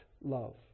love